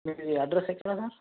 మీది అడ్రస్ ఎక్కడ